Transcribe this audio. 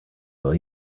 will